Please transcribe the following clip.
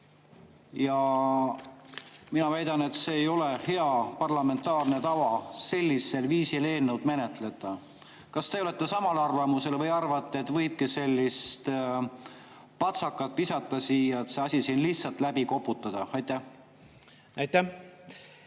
Mina väidan, et ei ole hea parlamentaarne tava sellisel viisil eelnõu menetleda. Kas teie olete samal arvamusel või arvate, et võibki sellise patsaka visata siia, et see asi siin lihtsalt läbi koputada? Aitäh,